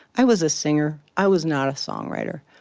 i was a singer. i was not a songwriter.